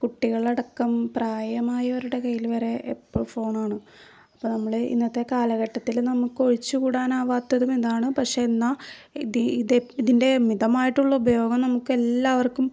കുട്ടികളടക്കം പ്രായമായവരുടെ കയ്യിൽ വരെ ഇപ്പം ഫോണാണ് അപ്പം നമ്മള് ഇന്നത്തെ കാലഘട്ടത്തില് നമുക്കൊഴിച്ച് കൂടാനാവാത്തതും ഇതാണ് പക്ഷേ എന്നാൽ ഇത് ഇത് ഇതിൻ്റെ മിതമായിട്ടുള്ള ഉപയോഗം നമുക്കെല്ലാവർക്കും